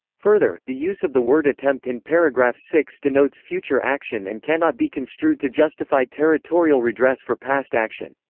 further, the use of the word attempt in paragraph six denotes future action and cannot be construed to justify territorial redress for past action.